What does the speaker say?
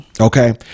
okay